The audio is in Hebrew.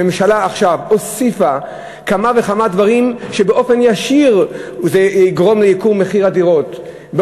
הממשלה עכשיו הוסיפה כמה וכמה דברים שבאופן ישיר יגרמו לייקור הדירות.